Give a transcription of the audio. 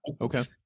Okay